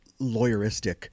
lawyeristic